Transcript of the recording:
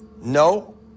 No